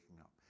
up